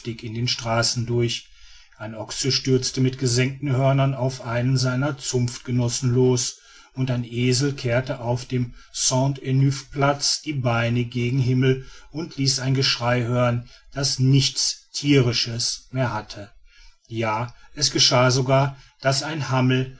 in den straßen durch ein ochse stürzte mit gesenkten hörnern auf einen seiner zunftgenossen los und ein esel kehrte auf dem saint ernulph platze die beine gen himmel und ließ ein geschrei hören das nichts thierisches mehr hatte ja es geschah sogar daß ein hammel